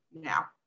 now